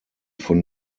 von